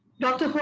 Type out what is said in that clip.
dr.